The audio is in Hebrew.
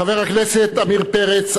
חבר הכנסת עמיר פרץ,